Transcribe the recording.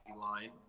line